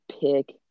pick